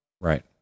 Right